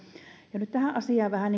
nyt vähän